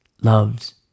loves